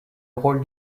rôle